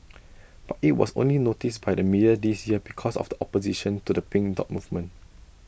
but IT was only noticed by the media this year because of the opposition to the pink dot movement